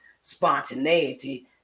spontaneity